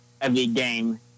every-game